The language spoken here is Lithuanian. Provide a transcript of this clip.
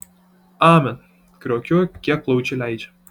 amen kriokiu kiek plaučiai leidžia